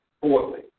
Fourthly